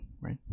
right